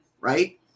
Right